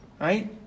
right